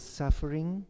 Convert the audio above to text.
suffering